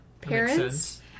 parents